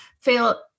feel